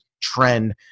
trend